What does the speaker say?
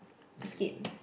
skip